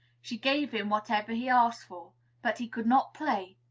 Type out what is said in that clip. she gave him whatever he asked for but he could not play.